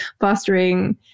fostering